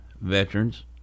veterans